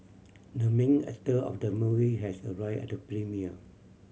the main actor of the movie has arrived at the premiere